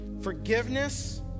forgiveness